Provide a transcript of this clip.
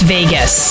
Vegas